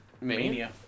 Mania